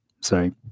sorry